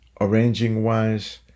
arranging-wise